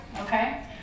okay